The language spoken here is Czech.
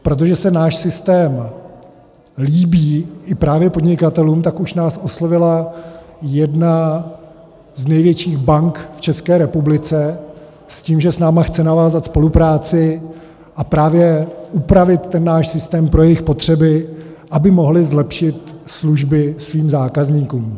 Protože se náš systém líbí právě i podnikatelům, tak už nás oslovila jedna z největších bank v České republice s tím, že s námi chce navázat spolupráci a právě upravit ten náš systém pro jejich potřeby, aby mohli zlepšit služby svým zákazníkům.